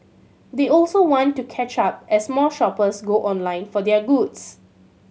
they also want to catch up as more shoppers go online for their goods